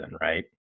right